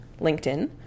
LinkedIn